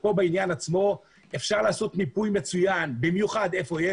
כאן אפשר לעשות מיפוי מצוין, במיוחד היכן יש.